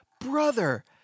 Brother